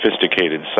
sophisticated